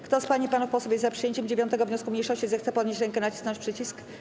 Kto z pań i panów posłów jest za przyjęciem 9. wniosku mniejszości, zechce podnieść rękę i nacisnąć przycisk.